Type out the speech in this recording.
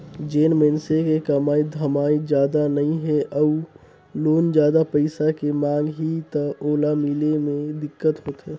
जेन मइनसे के कमाई धमाई जादा नइ हे अउ लोन जादा पइसा के मांग ही त ओला मिले मे दिक्कत होथे